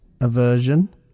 aversion